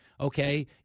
Okay